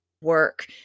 work